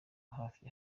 hafi